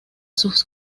sus